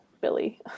Billy